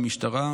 למשטרה,